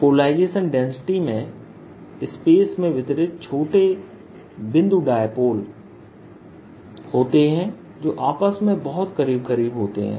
पासपोलराइजेशन density में space में वितरित छोटे बिंदु डायपोल होते हैं जो आपस में बहुत करीब करीब होते हैं